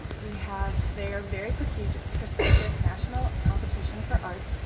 we have their very prestigious prestigious national competition for arts,